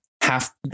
half